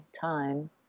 time